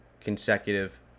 consecutive